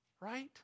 Right